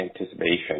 anticipation